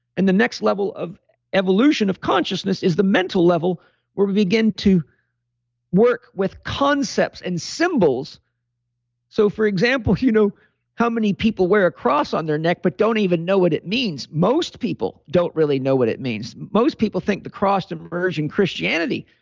and the next level of evolution of consciousness is the mental level where we begin to work with concepts and symbols so for example, you know how many people wear a cross on their neck but don't even know what it means? most people don't really know what it means. most people think the cross is emerging christianity.